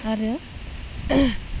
आरो